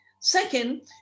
Second